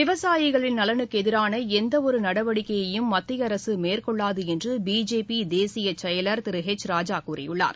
விவசாயிகளின் நலனுக்கு எதிரான எந்தவொரு நடவடிக்கையையும் மத்தியஅரசு மேற்கொள்ளாது என்று பிஜேபி தேசிய செயலாளர் திரு ஹெச் ராஜா கூறியுள்ளார்